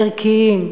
ערכיים,